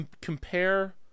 compare –